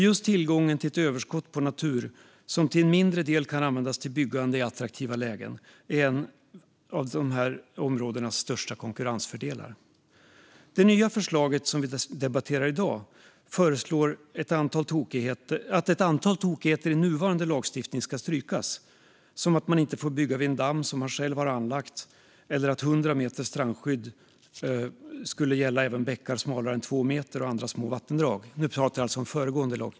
Just tillgången till ett överskott på natur som till en mindre del kan användas till byggande i attraktiva lägen är en av dessa områdens största konkurrensfördelar. I det förslag vi nu debatterar föreslås att ett antal tokigheter i nuvarande lagstiftning ska strykas, som att man inte får bygga vid en damm som man själv anlagt och att 100 meter strandskydd gäller även bäckar smalare än 2 meter och andra små vattendrag.